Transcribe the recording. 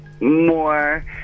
more